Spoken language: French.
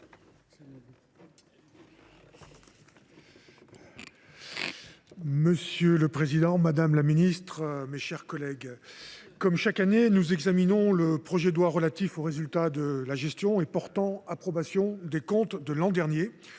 Monsieur le président, madame la ministre, mes chers collègues, comme chaque année, nous examinons le projet de loi relative aux résultats de la gestion et portant approbation des comptes de l’année